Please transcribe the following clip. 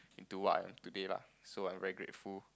into what I am today lah so I am very grateful